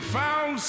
found